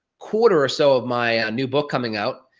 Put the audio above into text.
quarter or so of my ah, new book coming out,